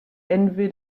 envy